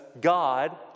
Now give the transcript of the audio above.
God